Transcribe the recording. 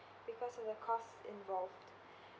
because of the costs involved